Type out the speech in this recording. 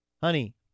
Honey